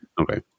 Okay